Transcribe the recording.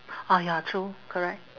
ah ya true correct